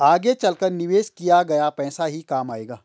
आगे चलकर निवेश किया गया पैसा ही काम आएगा